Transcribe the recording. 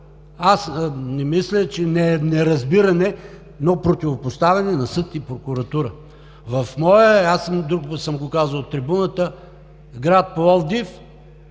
аз не мисля, че е неразбиране, но противопоставяне на съд и прокуратура. И друг път съм го казал от трибуната – в моя град Пловдив